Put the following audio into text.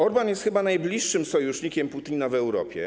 Orbán jest chyba najbliższym sojusznikiem Putina w Europie.